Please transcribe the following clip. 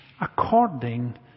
according